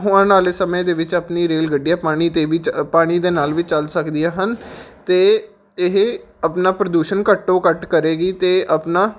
ਹਾਣ ਵਾਲੇ ਸਮੇਂ ਦੇ ਵਿੱਚ ਆਪਣੀ ਰੇਲ ਗੱਡੀਆਂ ਪਾਣੀ 'ਤੇ ਵੀ ਚ ਪਾਣੀ ਦੇ ਨਾਲ ਵੀ ਚੱਲ ਸਕਦੀਆਂ ਹਨ ਅਤੇ ਇਹ ਆਪਣਾ ਪ੍ਰਦੂਸ਼ਣ ਘੱਟੋ ਘੱਟ ਕਰੇਗੀ ਅਤੇ ਆਪਣਾ